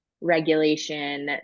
regulation